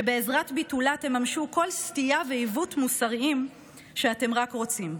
ובעזרת ביטולה תממשו כל סטייה ועיוות מוסריים שאתם רק רוצים.